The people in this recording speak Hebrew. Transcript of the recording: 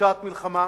פושעת מלחמה,